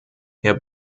herr